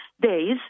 days